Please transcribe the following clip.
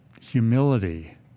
humility